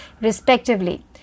respectively